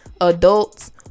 adults